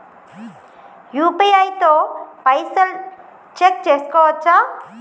UPI తో పైసల్ check చేసుకోవచ్చా?